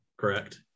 Correct